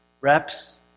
Reps